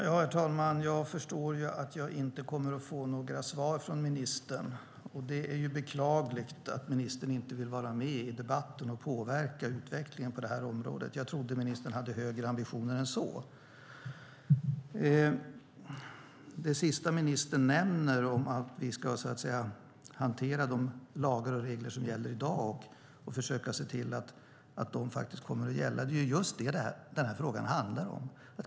Herr talman! Jag förstår att jag inte kommer att få några svar från ministern. Det är beklagligt att ministern inte vill vara med i debatten och påverka utvecklingen på detta område. Jag trodde att ministern hade högre ambitioner än så. Ministern nämner att vi ska hantera de lagar och regler som finns i dag och försöka se till att de gäller. Det är just det denna fråga handlar om.